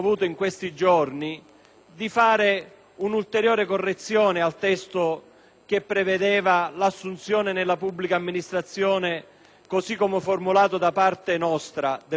di fare una ulteriore correzione al testo che prevedeva l'assunzione nella pubblica amministrazione, così come formulato da parte del Partito Democratico.